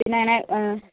പിന്നങ്ങനെ